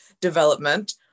development